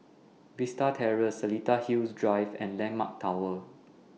Vista Terrace Seletar Hills Drive and Landmark Tower